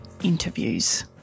Interviews